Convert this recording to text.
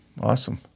awesome